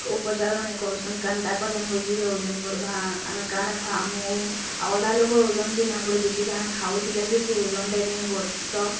ଉପଚାର୍ ମାନେ କରସନ୍ କେନ୍ତା କଲେ ମୋର୍ ଝିର ଓଜନ୍ ବଢ଼୍ବା ଆମେ କାଣା ଖୁଆମୁ ଆଉ ଅଧା ଲୁକର୍ ଓଜନ୍ ବି ନାଇଁ ବଢ଼େ ଯେତେ ଜାଣା ଖାଉଥିଲେ ବି ସେ ଓଜନଟା ନେଇଁ ବଢ଼୍ସି ତ